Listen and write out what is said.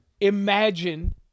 Imagine